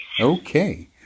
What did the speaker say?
Okay